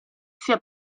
sia